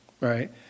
right